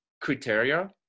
criteria